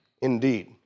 indeed